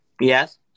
Yes